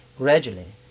gradually